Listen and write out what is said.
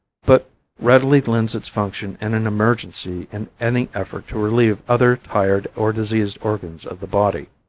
but readily lends its function in an emergency in any effort to relieve other tired or diseased organs of the body.